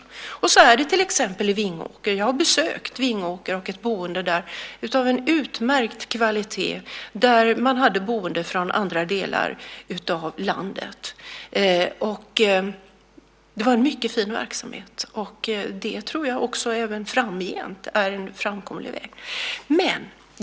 Så är det till exempel i Vingåker. Jag har besökt ett boende med utmärkt kvalitet i Vingåker där man hade boende från andra delar av landet. Det var en mycket fin verksamhet, och det tror jag är en framkomlig väg även framgent.